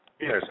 Yes